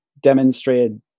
demonstrated